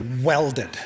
welded